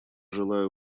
желаю